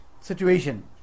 situation